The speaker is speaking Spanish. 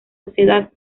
sociedad